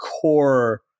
core